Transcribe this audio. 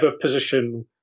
position